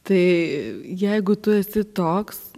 tai jeigu tu esi toks